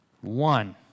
one